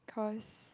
cause